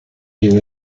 new